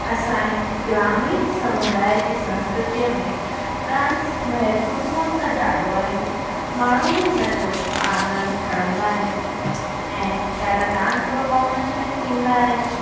असांजे ग्रामीण समुदाय जी संस्कृतीअ में डांस महत्वपूर्ण त ॾाढो आहे माण्हू बि हिन जो आनंद खणंदा आहिनि ऐं ॾाढा डांस परफ़ॉर्मेंस बि थींदा आहिनि